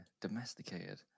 Domesticated